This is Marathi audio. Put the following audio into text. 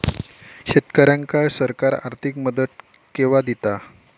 शेतकऱ्यांका सरकार आर्थिक मदत केवा दिता?